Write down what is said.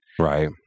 Right